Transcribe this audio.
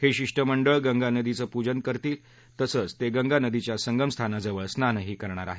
हे शिष्टमंडळ गंगा नदीचं पुजन करेल तसंच ते गंगा नदीच्या संगम स्थानाजवळ स्नानही करणार आहेत